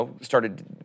started